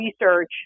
research